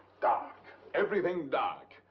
dark, everything dark.